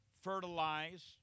fertilize